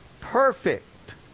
perfect